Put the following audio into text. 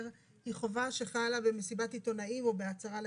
היא חובה שחלה במסיבת עיתונאים או בהצהרה לתקשורת.